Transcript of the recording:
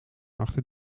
achter